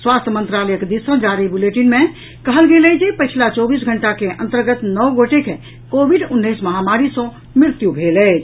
स्वास्थ्य मंत्रालयक दिस सँ जारी बुलेटिन मे कहल गेल अछि जे पछिला चौबीस घंटा के अंतर्गत नओ गोटे के कोविड उन्नैस महामारी सँ मृत्यु भेल अछि